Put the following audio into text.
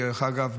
דרך אגב,